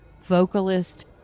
vocalist